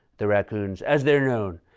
the raccoons, as they're known.